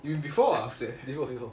you mean before or after